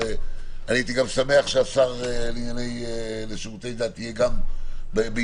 הייתי גם שמח שהשר לשירותי דת יהיה גם בישיבה